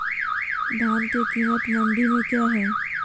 धान के कीमत मंडी में क्या है?